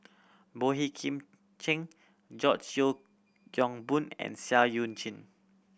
Boey Kim Cheng George Yeo Yong Boon and Seah Eu Chin